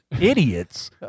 idiots